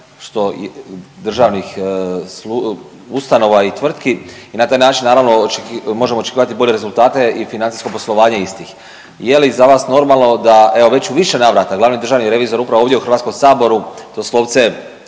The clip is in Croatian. što državnih ustanova i tvrtki i na taj način naravno možemo očekivati bolje rezultate i financijsko poslovanje istih. Je li za vas normalno da evo već u više navrata glavni državni revizor upravo ovdje u HS-u doslovce